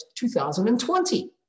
2020